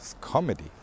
comedy